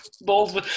Balls